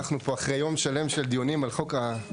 אנחנו פה אחרי יום שלם של דיונים על חוק התשתיות,